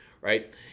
right